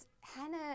Hannah